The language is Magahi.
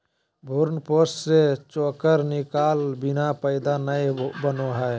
भ्रूणपोष से चोकर निकालय बिना मैदा नय बनो हइ